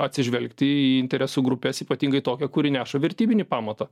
atsižvelgti į interesų grupes ypatingai tokią kuri neša vertybinį pamatą